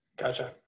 Gotcha